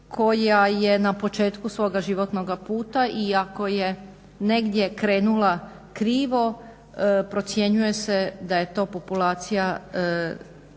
koja je na početku svoga životnoga puta i ako je negdje krenula krivo procjenjuje se da je to populacija